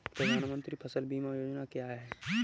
प्रधानमंत्री फसल बीमा योजना क्या है?